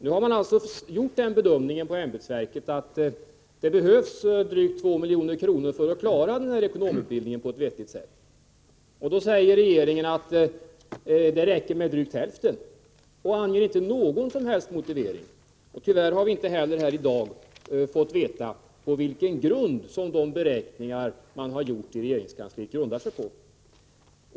Nu har man gjort den bedömningen på ämbetsverket att det behövs drygt 2 milj.kr. för att klara ekonomutbildningen på ett vettigt sätt. Då säger regeringen att det räcker med drygt hälften — och anför inte någon som helst motivering. Tyvärr har vi inte heller här i dag fått veta vad de beräkningar man har gjort i regeringskansliet grundar sig på.